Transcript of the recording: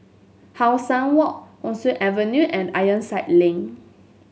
How Sun Walk Rosyth Avenue and Ironside Link